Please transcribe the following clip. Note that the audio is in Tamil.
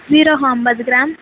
சீரகம் ஐம்பது கிராம்